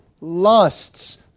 lusts